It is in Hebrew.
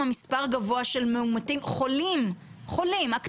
מספר גבוהה של מאומתים חולים אקטיביים.